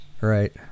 Right